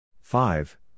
five